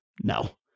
No